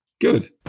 Good